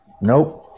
Nope